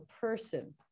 person